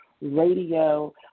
radio